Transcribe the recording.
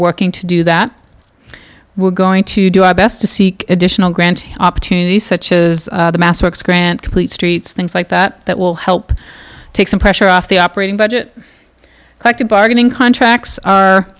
working to do that we're going to do our best to seek additional grant opportunities such is the masterworks grant complete streets things like that that will help take some pressure off the operating budget cut to bargaining contracts